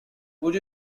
would